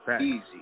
Easy